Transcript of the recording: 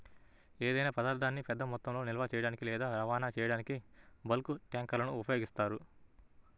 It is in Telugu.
ఏదైనా పదార్థాన్ని పెద్ద మొత్తంలో నిల్వ చేయడానికి లేదా రవాణా చేయడానికి బల్క్ ట్యాంక్లను ఉపయోగిస్తారు